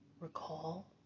recall